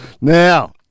Now